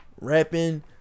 rapping